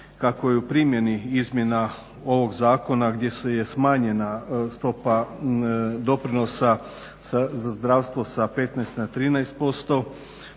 kako je u primjeni izmjena ovog zakona gdje je smanjena stopa doprinosa za zdravstvo sa 15 na 13%,